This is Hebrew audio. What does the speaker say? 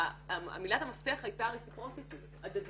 ומילת המפתח הייתה הדדיות,